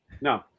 no